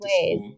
ways